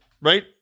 right